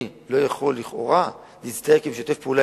אני לא יכול לכאורה להצטייר כמשתף פעולה